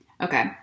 Okay